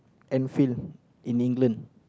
Enfield in England